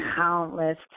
countless